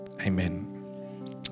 Amen